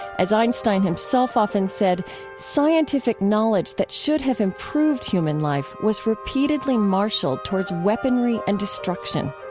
as einstein himself often said, scientific knowledge that should have improved human life was repeatedly marshaled towards weaponry and destruction.